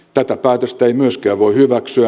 tätä päätöstä ei myöskään voi hyväksyä